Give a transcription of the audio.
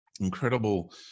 incredible